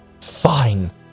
fine